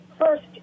first